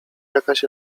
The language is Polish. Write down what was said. jakaś